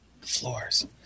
floors